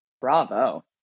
Bravo